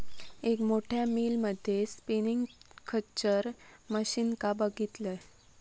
एक मोठ्या मिल मध्ये स्पिनींग खच्चर मशीनका बघितलंय